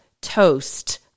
toast